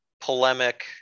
polemic